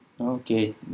Okay